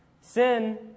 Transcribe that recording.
Sin